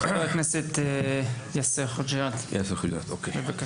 חבר הכנסת יאסר חוג'יראת, בבקשה.